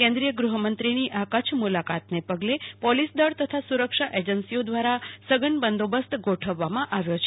કેન્દ્રીય ગૃહમંત્રીની આ કચ્છ મુલાકાતને પગલે પોલીસદળ તથા સુરક્ષા એજન્સીઓ દ્વારા સઘન બંદોબસ્ત ગોઠવવામાં આવ્યો છે